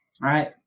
right